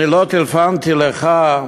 לא טלפנתי אליך,